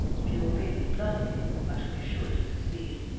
if you obey me blindly, i shall be sure to succeed.